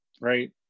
right